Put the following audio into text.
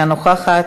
אינה נוכחת,